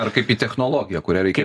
ar kaip į technologija kurią reikia